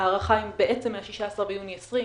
ההארכה היא בעצם מה-16 ביוני 2020,